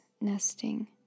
nesting